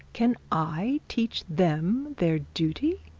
can i teach them their duty?